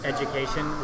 education